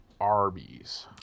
Arby's